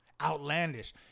outlandish